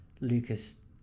lucas